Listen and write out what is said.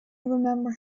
remember